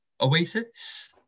Oasis